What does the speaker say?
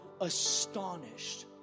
astonished